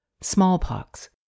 smallpox